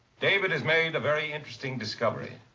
david has made a very interesting discovery.